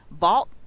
vault